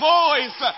voice